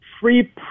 free